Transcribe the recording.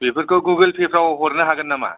बेफोरखौ गुगल फे फ्राव हरनो हागोन नामा